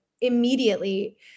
immediately